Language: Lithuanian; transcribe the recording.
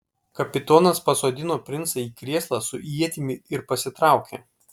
kapitonas pasodino princą į krėslą su ietimi ir pasitraukė